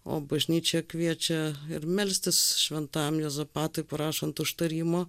o bažnyčia kviečia ir melstis šventam juozapatui prašant užtarimo